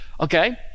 okay